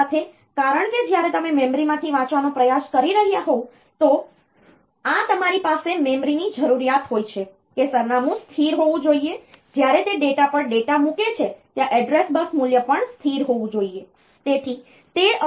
સાથે સાથે કારણ કે જ્યારે તમે મેમરીમાંથી વાંચવાનો પ્રયાસ કરી રહ્યાં હોવ તો આ તમારી પાસે મેમરીની જરૂરિયાત હોય છે કે સરનામું સ્થિર હોવું જોઈએ જ્યારે તે ડેટા પર ડેટા મૂકે છે ત્યાં એડ્રેસ બસ મૂલ્ય પણ સ્થિર હોવું જોઈએ